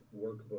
workbook